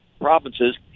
provinces